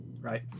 Right